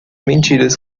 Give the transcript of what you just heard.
mentiras